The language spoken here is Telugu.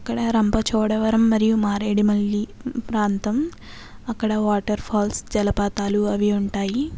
అక్కడ రంపచోడవరం మరియు మారేడుమల్లి ప్రాంతం అక్కడ వాటర్ఫాల్స్ జలపాతాలు అవి ఉంటాయి